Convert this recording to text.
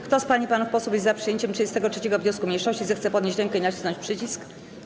Kto z pań i panów posłów jest za przyjęciem 33. wniosku mniejszości, zechce podnieść rękę i nacisnąć przycisk.